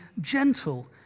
gentle